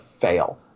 fail